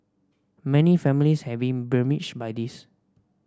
many families have been besmirched by this